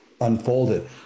unfolded